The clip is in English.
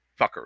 fuckery